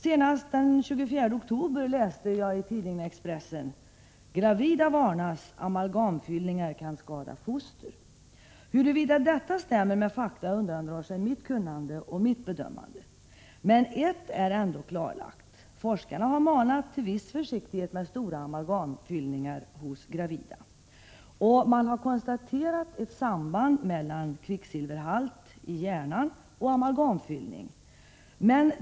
Senast den 24 oktober läste jag i tidningen Expressen: ”Gravida varnas. Amalgamfyllningar kan skada foster.” Huruvida detta stämmer med fakta undandrar sig mitt kunnande och mitt bedömande, men ett är ändå klarlagt: forskarna har manat till viss försiktighet med stora amalgamfyllningar hos gravida, och man har konstaterat ett samband mellan kvicksilverhalt i hjärnan och amalgamfyllning.